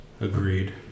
Agreed